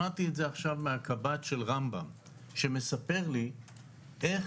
שמגיע מהמרכז הרפואי "לגליל" בנהריה,